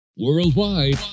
Worldwide